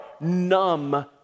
numb